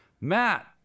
Matt